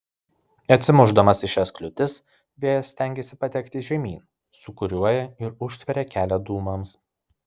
atsimušdamas į šias kliūtis vėjas stengiasi patekti žemyn sūkuriuoja ir užtveria kelią dūmams